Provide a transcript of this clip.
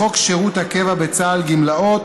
לחוק שירות הקבע בצה"ל (גמלאות).